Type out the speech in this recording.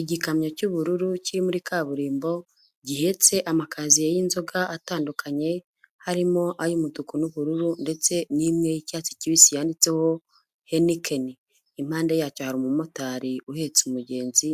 Igikamyo cy'ubururu kiri muri kaburimbo, gihetse amakaziye y'inzoga atandukanye, harimo ay'umutuku n'ubururu ndetse n'imwe y'icyatsi kibisi yanditseho Heineken, impande yacyo hari umumotari uhetse umugenzi,